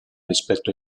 rispetto